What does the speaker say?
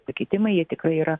pakitimai jie tikrai yra